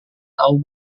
tau